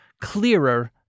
clearer